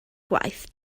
gwaith